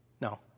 No